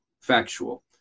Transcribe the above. factual